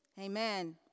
Amen